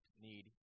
need